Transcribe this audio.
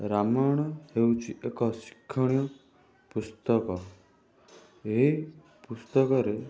ରାମାୟଣ ହେଉଛି ଏକ ଶିକ୍ଷଣୀୟ ପୁସ୍ତକ ଏଇ ପୁସ୍ତକରେ